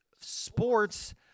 sports